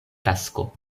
tasko